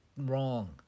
wrong